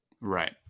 Right